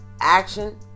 Action